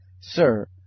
Sir